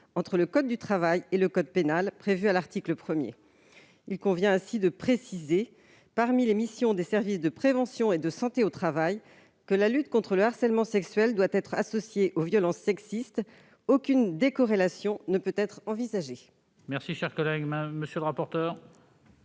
entre code du travail et code pénal, comme il est prévu à l'article 1. Il convient ainsi de préciser, parmi les missions des services de prévention et de santé au travail, que la lutte contre le harcèlement sexuel doit être associée aux violences « sexistes ». Aucune décorrélation ne peut être envisagée. Quel est l'avis de la